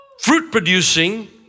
fruit-producing